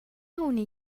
اونی